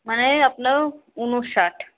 মানে আপনার উনষাট